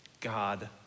God